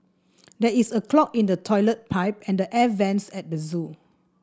there is a clog in the toilet pipe and the air vents at the zoo